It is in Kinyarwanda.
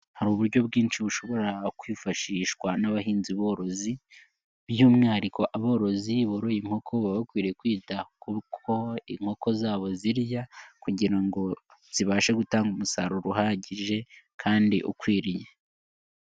Hari uburyo bwinshi bushobora kwifashishwa n'abahinzi borozi by'umwihariko aborozi boroye inkoko baba bakwiriye kwita kuko inkoko zabo zirirya kugira ngo zibashe gutanga umusaruro uhagije kandi ukwiriye.